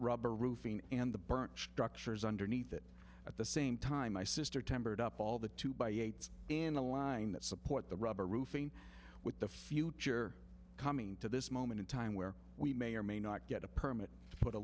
rubber roofing and the burnt structures underneath it at the same time my sister tempered up all the two by eight and a line that support the rubber roofing with the future coming to this moment in time where we may or may not get a permit